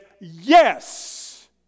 yes